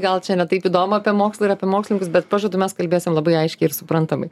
gal čia ne taip įdomu apie mokslą ir apie mokslininkus bet pažadu mes kalbėsim labai aiškiai ir suprantamai